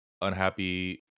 unhappy